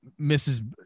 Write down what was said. Mrs